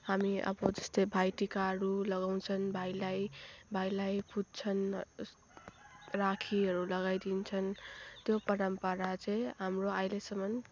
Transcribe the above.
हामी अब जस्तै भाइ टीकाहरू लगाउँछन् भाइलाई भाइलाई पुज्छन् राखीहरू लगाइदिन्छन् त्यो परम्परा चाहिँ हाम्रो अहिलेसम्म